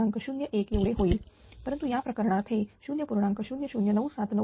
01 एवढे होईल परंतु या प्रकरणात हे 0